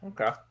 okay